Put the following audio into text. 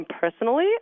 personally